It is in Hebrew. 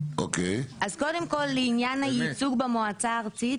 אז קודם כל לעניין הייצוג במועצה הארצית,